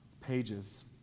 pages